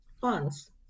funds